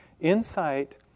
Insight